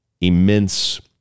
immense